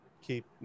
keep